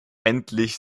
endlich